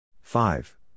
Five